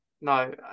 No